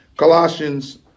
Colossians